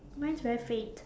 mine's very faint